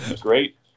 great